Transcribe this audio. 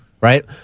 right